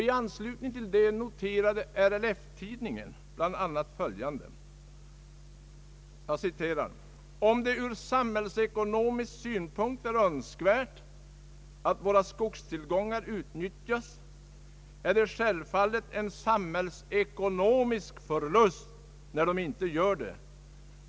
I anslutning härtill noterade RLF-tidningen bl.a. följande: »Om det ur samhällsekonomisk synpunkt är önskvärt att våra skogstillgångar utnyttjas, är det självfallet en samhällsekonomisk förlust när de inte gör det.